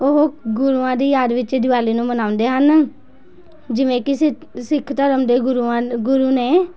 ਉਹ ਗੁਰੂਆਂ ਦੀ ਯਾਦ ਵਿੱਚ ਦਿਵਾਲੀ ਨੂੰ ਮਨਾਉਂਦੇ ਹਨ ਜਿਵੇਂ ਕਿ ਸਿ ਸਿੱਖ ਧਰਮ ਦੇ ਗੁਰੂਆਂ ਗੁਰੂ ਨੇ